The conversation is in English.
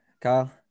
kyle